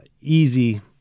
easy